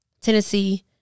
Tennessee